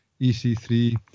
EC3